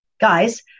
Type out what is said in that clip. guys